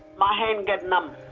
my hand get numb.